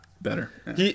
Better